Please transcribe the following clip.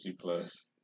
plus